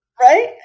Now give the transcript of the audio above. right